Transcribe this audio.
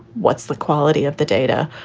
what's the quality of the data?